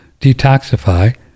detoxify